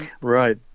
Right